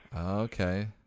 okay